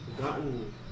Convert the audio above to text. gotten